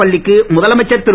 பள்ளிக்கு முதலமைச்சர் திரு